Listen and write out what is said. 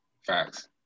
Facts